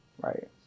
right